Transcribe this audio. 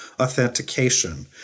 authentication